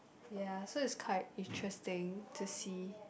ya so it's quite interesting to see